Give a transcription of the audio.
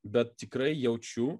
bet tikrai jaučiu